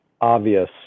obvious